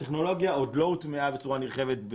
הטכנולוגיה עוד לא הוטמעה בצורה נרחבת,